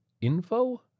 Info